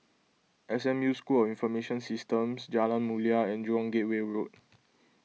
S M U School of Information Systems Jalan Mulia and Jurong Gateway Road